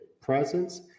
presence